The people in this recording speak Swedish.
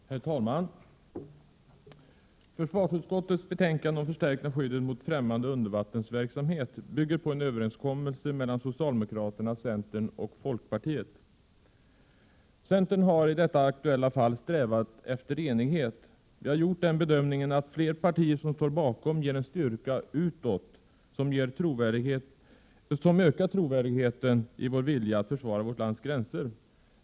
Herr talman! Försvarsutskottets betänkande om förstärkning av skyddet mot främmande undervattensverksamhet bygger på en överenskommelse mellan socialdemokraterna, centern och folkpartiet. Vi i centern har i detta aktuella fall strävat efter enighet. Vi har gjort den bedömningen att det faktum att så många partier som möjligt står bakom betänkandet ger en styrka utåt och ökar trovärdigheten av vår vilja att försvara landets gränser.